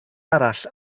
arall